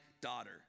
daughter